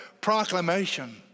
proclamation